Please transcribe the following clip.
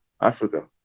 africa